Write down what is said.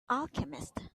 alchemist